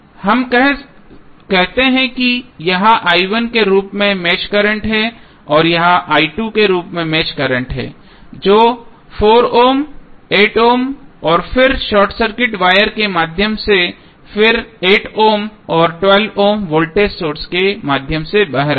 हम कहते हैं कि यह के रूप में मेष करंट है और यह के रूप में मेष करंट है जो 4 ओम 8 ओम और फिर शॉर्ट सर्किट वायर के माध्यम से फिर 8 ओम और 12 वोल्ट सोर्स के माध्यम से बह रहा है